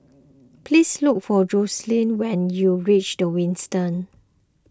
please look for Joslyn when you reach the Windsor